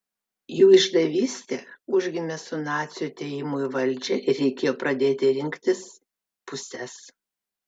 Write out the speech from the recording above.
jų išdavystė užgimė su nacių atėjimu į valdžią ir reikėjo pradėti rinktis puses